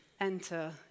enter